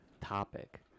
Topic